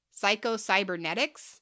Psycho-Cybernetics